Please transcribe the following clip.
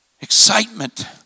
excitement